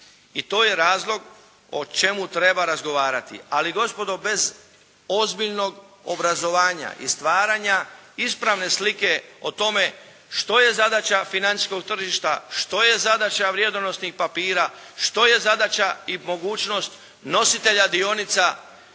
I to je razlog o čemu treba razgovarati. Ali gospodo bez ozbiljnog obrazovanja i stvaranja ispravne slike o tome što je zadaća financijskog tržišta, što je zadaća vrijednosnih papira, što je zadaća i mogućnost nositelja dionica